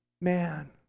man